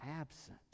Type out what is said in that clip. absent